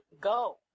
go